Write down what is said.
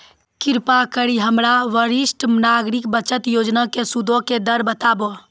कृपा करि के हमरा वरिष्ठ नागरिक बचत योजना के सूदो के दर बताबो